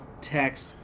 text